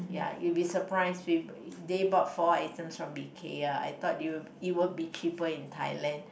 ya you'll be surprised they bought four items from Ikea I thought it will it would be cheaper in Thailand